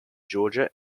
georgia